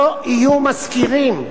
לא יהיו משכירים,